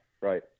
right